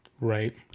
Right